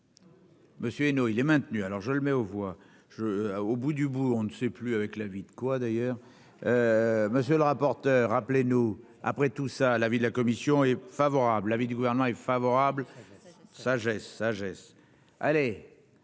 Monsieur et nous, il est maintenu, alors je le mets aux voix je ah au bout du bout, on ne sait plus avec la vie quoi, d'ailleurs, monsieur le rapporteur, appelez-nous, après tout ça à l'avis de la commission est favorable, l'avis du gouvernement est favorable sagesse sagesse allez